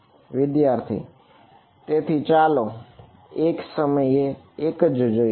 વિદ્યાર્થી તેથી ચાલો એક સમયે એક જ જોઈએ